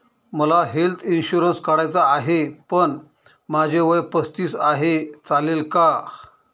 मला health insurance काढायचा आहे पण माझे वय पस्तीस आहे, चालेल का?